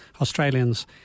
Australians